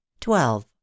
Twelve